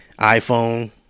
iphone